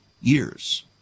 years